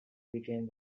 became